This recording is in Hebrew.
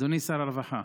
אדוני שר הרווחה,